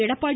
Edappadi